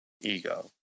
ego